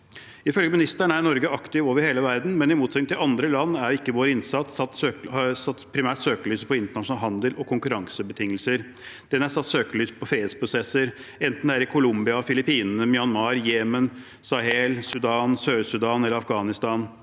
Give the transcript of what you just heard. Ifølge ministeren er Norge aktiv over hele verden, men i motsetning til andre land har ikke vår innsats primært satt søkelyset på internasjonal handel og konkurransebetingelser. Den har satt søkelyset på fredsprosesser, enten det er i Colombia, Filippinene, Myanmar, Jemen, Sahel, Sudan, Sør-Sudan eller Afghanistan.